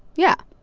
yeah,